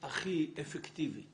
הכי אפקטיבית